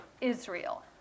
Israel